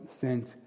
sent